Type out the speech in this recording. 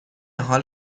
حال